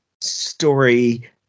story